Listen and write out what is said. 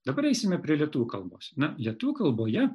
dabar eisime prie lietuvių kalbos na lietuvių kalboje